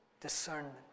discernment